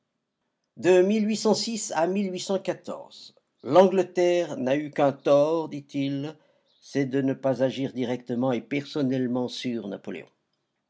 de à l'angleterre n'a eu qu'un tort dit-il c'est de ne pas agir directement et personnellement sur napoléon